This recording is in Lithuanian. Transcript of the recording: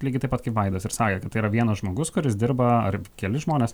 lygiai taip pat kaip vaidas ir sakė kad tai yra vienas žmogus kuris dirba ar keli žmonės